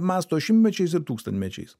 mąsto šimtmečiais ir tūkstantmečiais